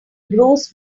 bruce